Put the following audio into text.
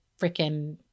freaking